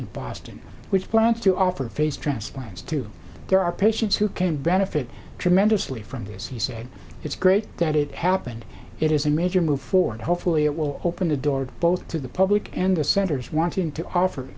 in boston which plans to offer a face transplants to there are patients who can benefit tremendously from this he said it's great that it happened it is a major move forward hopefully it will open the door both to the public and the centers wanting to offer